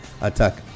attack